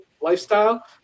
lifestyle